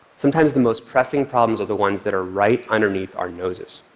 sometimes the most pressing problems are the ones that are right underneath our noses,